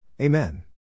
Amen